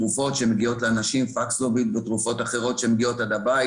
תרופות שמגיעות לאנשים - פקסלוביד ותרופות אחרות שמגיעות עד הבית,